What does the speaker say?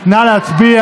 נא להצביע.